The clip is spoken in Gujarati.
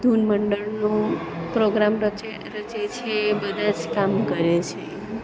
ધૂન મંડળનો પ્રોગ્રામ રચે છે બધાં જ કામ કરે છે